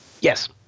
Yes